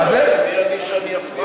מי אני שאבטיח לך,